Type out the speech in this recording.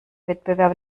wettbewerb